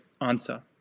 answer